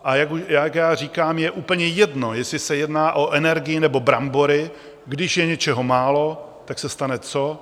A jak já říkám, je úplně jedno, jestli se jedná o energii, nebo brambory, když je něčeho málo, tak se stane co?